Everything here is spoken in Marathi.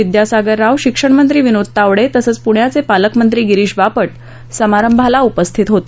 विद्यासागर राव शिक्षणमंत्री विनोद तावडे तसंच पण्याचे पालकमंत्री गिरीश बापट समारंभाला उपस्थित होते